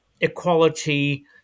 equality